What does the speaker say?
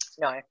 No